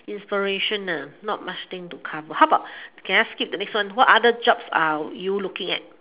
inspiration not much thing to cover how about can I skip the next one what other jobs are you looking at